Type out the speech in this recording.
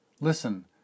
Listen